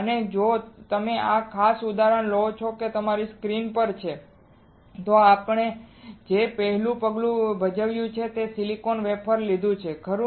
તેથી જો તમે આ ખાસ ઉદાહરણ લો કે જે તમારી સ્ક્રીન પર છે તો આપણે જે પહેલું પગલું ભજવ્યું છે તે આપણે સિલિકોન વેફર લીધું છે ખરું